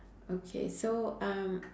okay so um